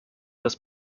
des